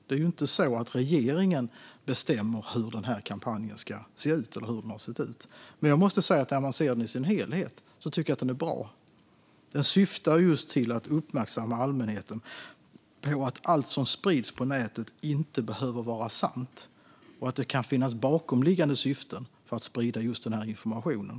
Det är inte så att regeringen bestämmer hur kampanjen ska se eller hur den har sett ut. Men när jag tittar på den i sin helhet tycker jag att den är bra. Kampanjen syftar just till att uppmärksamma allmänheten på att allt som sprids på nätet inte behöver vara sant och att det kan finnas bakomliggande syften med att sprida just den informationen.